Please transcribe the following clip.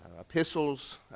epistles